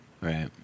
right